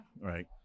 Right